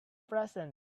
present